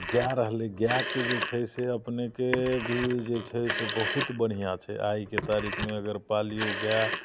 गाय रहलै गायके जे छै से अपनेके भी जे छै से बहुत बढ़िआँ छै आइके तारीकमे अगर पालियौ गाय